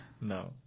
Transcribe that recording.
No